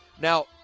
Now